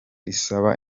isaba